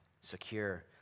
secure